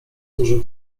dużo